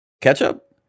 Ketchup